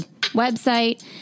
website